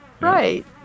Right